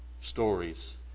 stories